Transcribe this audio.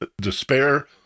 despair